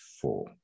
four